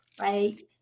right